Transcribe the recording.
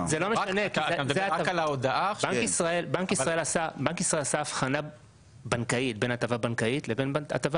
בנק ישראל עשה הבחנה בנקאית בין הטבה בנקאית לבין הטבה